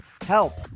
help